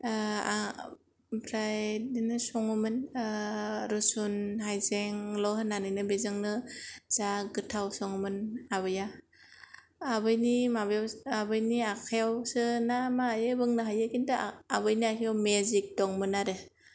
आमफ्राय बिब्दिनो सङोमोन रुसुन हायजें ल' होनानैनो बेजोंनो जा गोथाव सङोमोन आबैआ आबैनि माबायावसो आबैनि आखायावसो ना मायो बुंनो हायो खिन्थु आ आबैनि आखायाव मेजिग दंमोन आरो